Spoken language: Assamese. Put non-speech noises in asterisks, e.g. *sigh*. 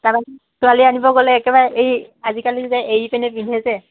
*unintelligible* ছোৱালী আনিব গ'লে একেবাৰে এই আজিকালি যে এৰি পিনে পিন্ধে যে